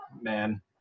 man